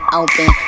open